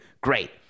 great